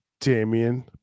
Damian